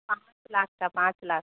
पाँच लाख का पाँच लाख का